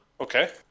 Okay